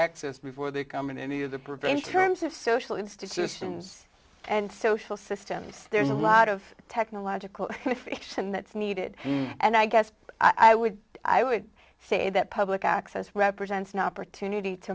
access before they come in any of the prevention terms of social institutions and social systems there's a lot of technological fix and that's needed and i guess i would i would say that public access represents an opportunity to